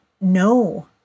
no